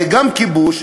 זה גם כיבוש,